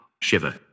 shiver